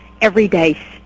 everyday